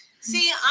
See